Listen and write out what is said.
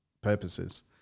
purposes